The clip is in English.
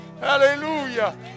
Hallelujah